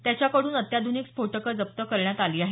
त्याच्याकडून अत्याध्निक स्फोटकं जप्त करण्यात आली आहेत